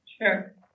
Sure